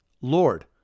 Lord